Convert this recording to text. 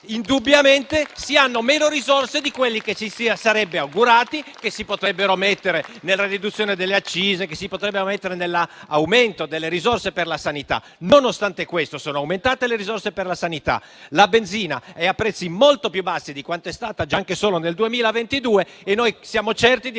indubbiamente si hanno meno risorse di quelle che ci si sarebbe augurati, che si potrebbero mettere nella riduzione delle accise o nell'aumento delle risorse per la sanità. Nonostante questo, sono aumentate le risorse per la sanità, la benzina è a prezzi molto più bassi di quanto lo sia stata anche solo nel 2022 e noi siamo certi di